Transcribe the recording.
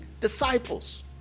disciples